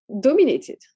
dominated